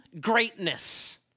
greatness